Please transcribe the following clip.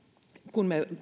kun me